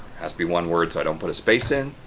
has to be one word so i don't put a space in.